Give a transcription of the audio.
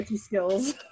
skills